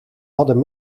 hadden